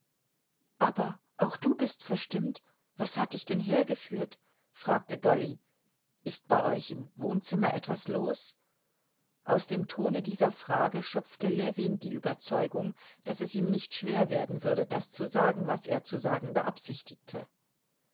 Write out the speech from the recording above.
aber auch du bist verstimmt was hat dich denn hergeführt fragte dolly ist bei euch im wohnzimmer etwas los aus dem tone dieser frage schöpfte ljewin die überzeugung daß es ihm nicht schwer werden würde das zu sagen was er zu sagen beabsichtigte